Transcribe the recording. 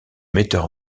metteur